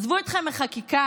עזבו אתכם מחקיקה,